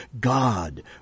God